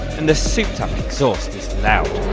and the souped up exhaust is loud.